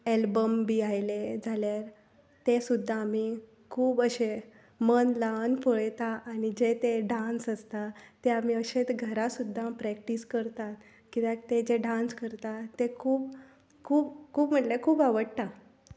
album बी आयले जाल्यार ते सुद्दां आमी खूब अशें मन लावन पळयता आनी जे ते डांस आसता ते आमी अशेच घरा सुद्दां प्रॅक्टीस करतात किद्याक तें जें डांस करता तें खूब खूब खूब म्हटल्या खूब आवडटा